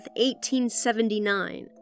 1879